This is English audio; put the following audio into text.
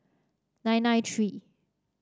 nine nine three